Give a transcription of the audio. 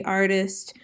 artist